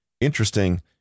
interesting